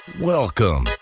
Welcome